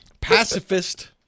pacifist